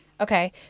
Okay